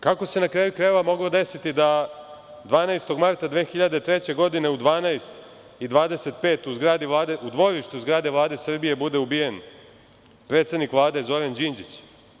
Kako se, na kraju krajeva, moglo desiti da 12. marta 2003. godine u 12.25 časova u dvorištu zgrade Vlade Srbije bude ubijen predsednik Vlade Zoran Đinđić?